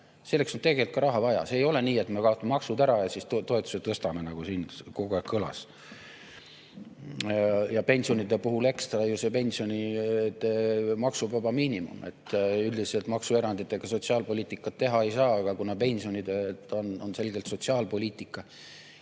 Selleks on tegelikult ka raha vaja, see ei ole nii, et me kaotame maksud ära ja siis toetusi tõstame, nagu siin kogu aeg kõlas. Ja pensionide puhul ekstra ju see pensioni maksuvaba miinimum. Üldiselt maksueranditega sotsiaalpoliitikat teha ei saa, aga kuna pensionid on selgelt sotsiaalpoliitika,